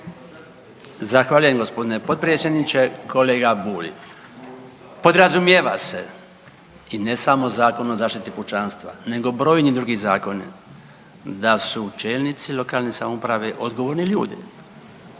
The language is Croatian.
Zahvaljujem g. potpredsjedniče. Kolega Bulj, podrazumijeva se i ne samo Zakon o zaštiti pučanstva nego brojni drugi zakoni da su čelnici lokalne samouprave odgovorni ljudi